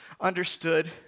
understood